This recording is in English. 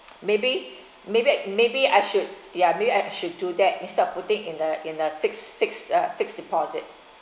maybe maybe maybe I should ya maybe I should do that instead of putting in the in the fixed fixed uh fixed deposit